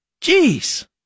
Jeez